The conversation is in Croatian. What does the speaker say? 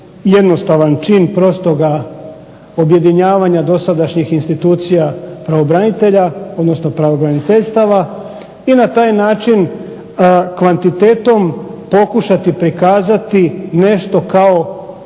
jednostavan čin prostoga objedinjavanja dosadašnjih institucija pravobranitelja, odnosno pravobraniteljstava i na taj način kvantitetom pokušati prikazati nešto kao